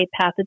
pathogen